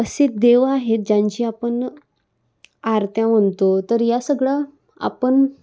असे देव आहेत ज्यांची आपण आरत्या म्हणतो तर या सगळं आपण